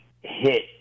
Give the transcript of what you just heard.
hit